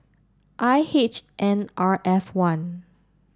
I H N R F one